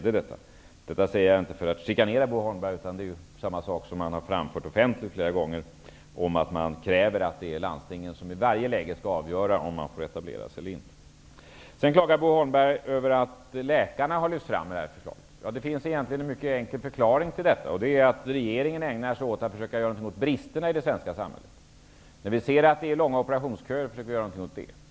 Detta säger jag inte för att chikanera honom. Han har framfört samma sak offentligt flera gånger. Socialdemokraterna kräver att landstingen i varje läge skall få avgöra om man skall få etablera sig eller inte. Sedan klagar Bo Holmberg över att läkarna har lyfts fram i det här förslaget. Ja, det finns en mycket enkel förklaring. Regeringen ägnar sig åt att försöka göra någonting åt bristerna i det svenska samhället. När vi ser att det är långa operationsköer försöker vi göra någonting åt det.